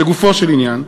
לגופו של עניין,